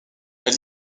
elle